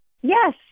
Yes